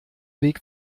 weg